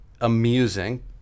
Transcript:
amusing